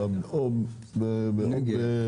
אלא בנגב או ---- או בירושלים.